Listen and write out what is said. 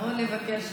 תבוא לבקר שם.